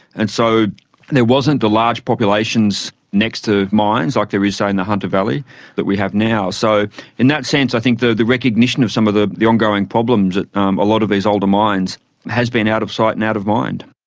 and so there wasn't the large populations next to mines like there is, say, in the hunter valley that we have now. so in that sense i think the the recognition of some of the the ongoing problems of um a lot of these older mines has been out of sight and out of mind.